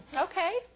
Okay